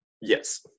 Yes